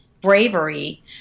bravery